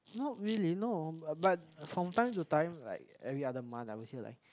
not really no but from time to time like every other month I would hear like